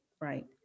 Right